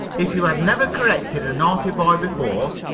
if you had never corrected a naughty boy before,